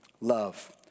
love